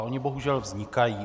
Ony bohužel vznikají.